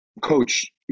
Coach